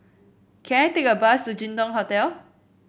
can I take a bus to Jin Dong Hotel